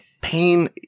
pain